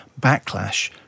backlash